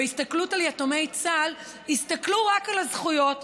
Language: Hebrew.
בהסתכלות על יתומי צה"ל הסתכלו רק על הזכויות,